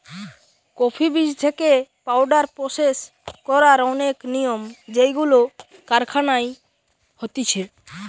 coffee বীজ থেকে powder process করার অনেক নিয়ম যেইগুলো কারখানায় হতিছে